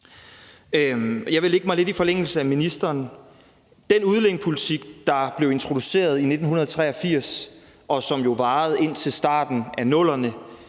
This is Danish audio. jeg vil lægge mig lidt i forlængelse af ministeren. Den udlændingepolitik, der blev introduceret i 1983, og som varede indtil starten af 00'erne,